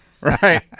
Right